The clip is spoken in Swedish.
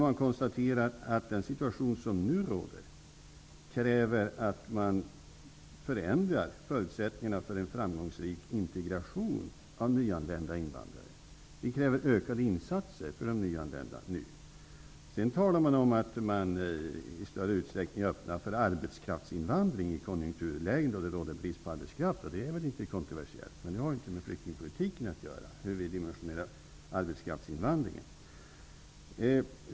Man konstaterar att den rådande situationen kräver förändrade förutsättningar för en framgångsrik integration av nyanlända invandrare. Det krävs ökade insatser för just nyanlända. Sedan talar man om att vi i större utsträckning skall öppna för arbetskraftsinvandring då det råder brist på arbetskraft. Det är väl litet kontroversiellt, men det har inte med flyktingpolitiken att göra hur vi dimensionerar arbetskraftsinvandringen.